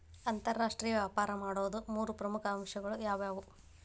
ಅಂತರಾಷ್ಟ್ರೇಯ ವ್ಯಾಪಾರ ಮಾಡೋದ್ ಮೂರ್ ಪ್ರಮುಖ ಅಂಶಗಳು ಯಾವ್ಯಾವು?